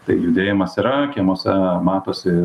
tai judėjimas yra kiemuose matosi